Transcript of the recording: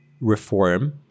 reform